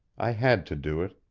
i had to do it.